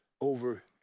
over